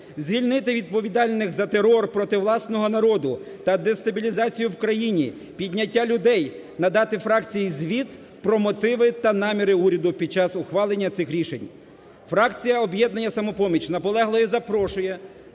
звільнити відповідальних за терор проти власного народу та дестабілізацію в країні, підняття людей, надати фракції звіт про мотиви та наміри уряду під час ухвалення цих рішень. Фракція "Об'єднання "Самопоміч" наполегливо запрошує